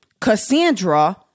Cassandra